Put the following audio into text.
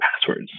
passwords